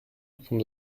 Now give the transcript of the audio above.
from